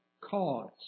cause